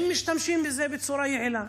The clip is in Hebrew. הם משתמשים בזה בצורה יעילה.